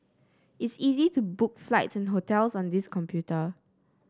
it is easy to book flights and hotels on this computer